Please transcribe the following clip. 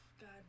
God